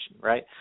right